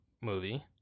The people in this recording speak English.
movie